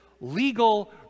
legal